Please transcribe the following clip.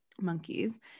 monkeys